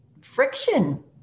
friction